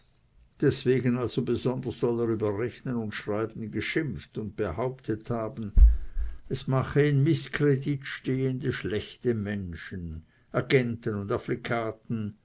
deswegen also besonders soll er über rechnen und schreiben geschimpft und behauptet haben es mache in mißkredit stehende schlechte menschen agenten und